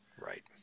Right